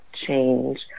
Change